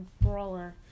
brawler